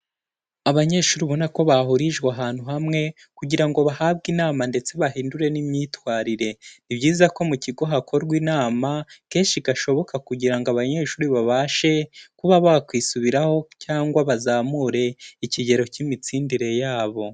Abanyeshuri ubona ko bahurijwe ahantu hamwe kugira ngo bahabwe inama ndetse bahindure n'imyitwarire, ni byiza ko mu kigo hakorwa inama kenshi gashoboka kugira ngo abanyeshuri babashe kuba bakwisubiraho cyangwa bazamure ikigero cy'imitsindire yabo.